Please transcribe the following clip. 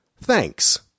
Thanks